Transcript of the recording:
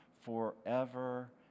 forever